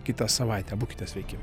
kitą savaitę būkite sveiki